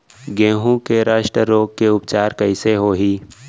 गेहूँ के रस्ट रोग के उपचार कइसे होही?